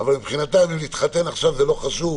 אבל מבחינתם להתחתן עכשיו זה לא חשוב,